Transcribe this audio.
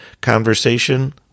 conversation